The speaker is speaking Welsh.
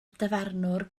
dyfarnwr